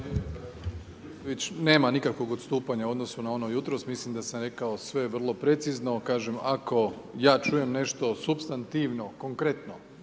Hvala.